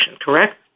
correct